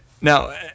Now